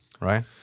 Right